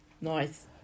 nice